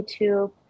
youtube